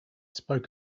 spoke